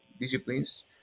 disciplines